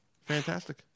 Fantastic